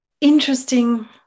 interesting